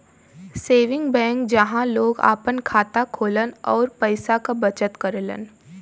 saving bank जहां लोग आपन खाता खोलन आउर पैसा क बचत करलन